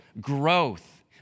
growth